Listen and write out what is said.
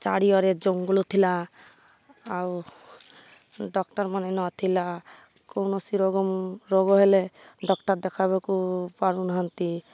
ଚାରିଆଡ଼େ ଜଙ୍ଗଲ ଥିଲା ଆଉ ଡକ୍ଟରମାନେ ନଥିଲା କୌଣସି ରୋଗ ରୋଗ ହେଲେ ଡକ୍ଟର ଦେଖବାକୁ ପାରୁ ନାହାନ୍ତି